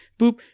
boop